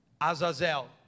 Azazel